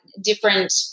different